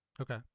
Okay